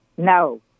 No